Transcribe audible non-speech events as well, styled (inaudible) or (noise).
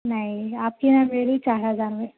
نہیں آپ کے یہاں (unintelligible) چار ہزار میں